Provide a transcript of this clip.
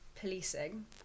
policing